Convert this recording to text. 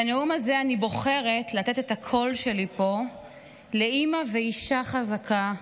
בנאום הזה אני בוחרת לתת את הקול שלי פה לאימא ואישה חזקה,